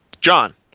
John